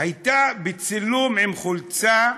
הייתה בצילום עם חולצה,